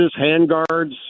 handguards